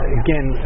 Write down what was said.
again